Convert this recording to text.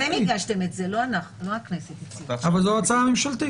אתה עושה תיקון.